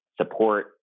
support